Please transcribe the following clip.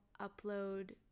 upload